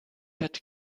had